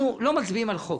אנחנו לא מצביעים על חוק.